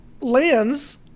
lands